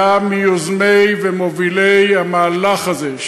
מיוזמי ומובילי המהלך הזה,